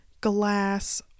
glass